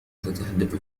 تتحدث